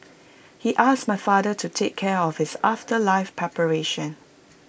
he asked my father to take care of his afterlife preparations